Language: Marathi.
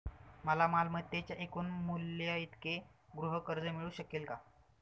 मला मालमत्तेच्या एकूण मूल्याइतके गृहकर्ज मिळू शकेल का?